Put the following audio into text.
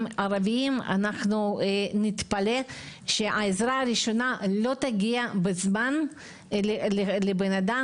ערביים אנחנו נתפלא שהעזרה הראשונה לא תגיע בזמן לבן האדם